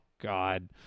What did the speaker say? God